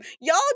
y'all